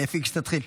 אני אפעיל כשתתחיל.